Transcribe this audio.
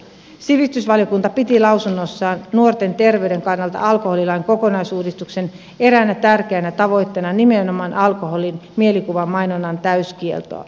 sivistysvaliokunta piti lausunnossaan nuorten terveyden kannalta alkoholilain kokonaisuudistuksen eräänä tärkeänä tavoitteena nimenomaan alkoholin mielikuvamainonnan täyskieltoa